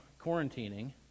quarantining